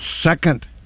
second